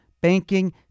banking